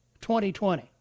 2020